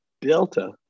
Delta